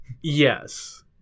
Yes